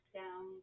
down